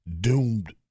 doomed